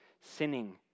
sinning